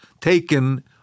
taken